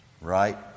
Right